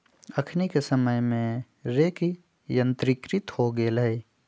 अखनि के समय में हे रेक यंत्रीकृत हो गेल हइ